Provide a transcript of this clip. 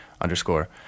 underscore